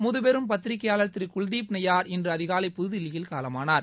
முதுபெரும் பத்திரிக்கையாளர் திரு குல்தீப் நையார் இன்று அதிகாலை புதுதில்லியில் காலமானார்